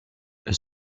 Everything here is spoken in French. elle